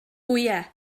wyau